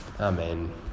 Amen